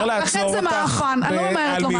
לכן זה "מעאפן", אני ממהרת לומר.